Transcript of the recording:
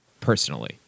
Personally